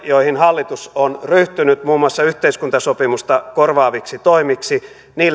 joihin hallitus on ryhtynyt muun muassa yhteiskuntasopimusta korvaaviksi toimiksi